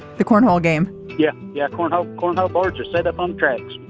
the cornwall game yeah. yeah. cornell cornell barger set up entourage